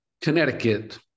Connecticut